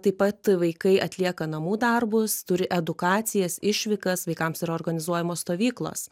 taip pat vaikai atlieka namų darbus turi edukacijas išvykas vaikams yra organizuojamos stovyklos